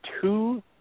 two